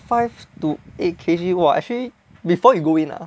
five to eight K_G !wah! actually you go in ah